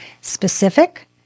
specific